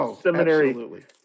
seminary